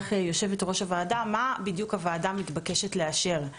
מה בדיוק הוועדה מתבקשת לאשר.